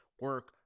Work